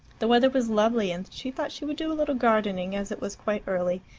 the weather was lovely, and she thought she would do a little gardening, as it was quite early.